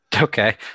Okay